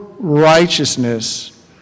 righteousness